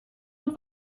und